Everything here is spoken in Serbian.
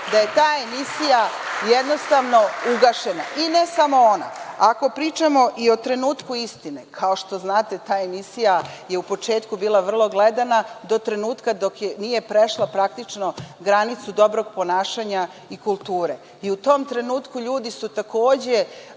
da je ta emisija jednostavno ugašena i ne samo ona. Ako pričamo i o „Trenutku istine“, kao što znate, ta emisija je u početku bila vrlo gledana do trenutka dok nije prešla praktično granicu dobrog ponašanja i kulture i u tom trenutku ljudi su takođe